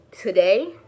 today